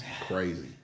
Crazy